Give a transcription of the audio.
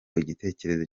igitekerezo